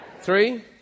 Three